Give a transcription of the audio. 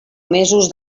mesos